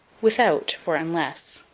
without for unless.